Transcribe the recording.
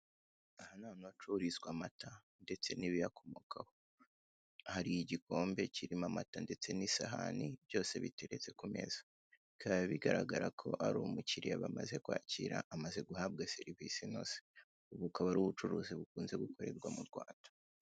Aha ni ahantu hacururizwa amata ndetse n'ibiyakomokaho, hari igikombe kirimo amata ndetse n'isahane byose biteretse kumeza bikaba bigaragara ko ari umukiriya bamaze kwakira amaze guhabwa serivise inoze, ubu bukaba ari ubucuruzi bukunze gukorerwa m'urwanda.